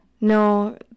No